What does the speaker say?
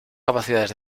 capacidades